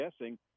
guessing